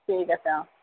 ঠিক আছে অ